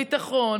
הביטחון,